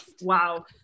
Wow